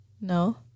No